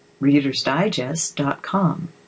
ReadersDigest.com